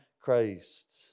Christ